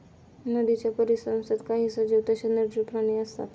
नदीच्या परिसंस्थेत काही सजीव तसेच निर्जीव प्राणी असतात